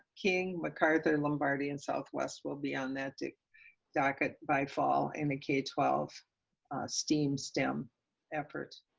king, macarthur lombardi, and southwest will be on that the docket by fall in the k twelve steam, stem efforts.